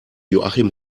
joachim